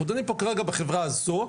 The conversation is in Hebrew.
אנחנו דנים פה כרגע בחברה הזאת,